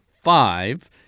Five